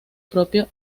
propio